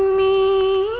ui